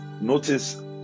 notice